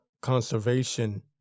conservation